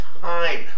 time